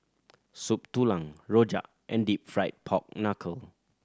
Soup Tulang rojak and Deep Fried Pork Knuckle